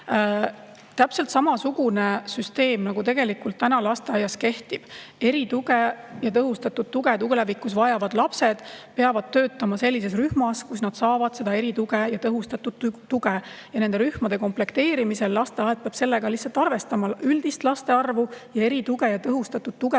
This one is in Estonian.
Täpselt samasugune süsteem, nagu praegu lasteaias kehtib. Erituge ja tõhustatud tuge tulevikus vajavad lapsed peavad töötama sellises rühmas, kus nad saavad seda erituge ja tõhustatud tuge, ja nende rühmade komplekteerimisel peab lasteaed sellega lihtsalt arvestama – üldist laste arvu ja erituge ja tõhustatud tuge